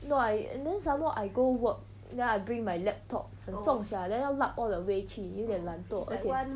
no I and then some more I go work then I bring my laptop 很重 sia then 要 lug all the way 去有点懒惰而且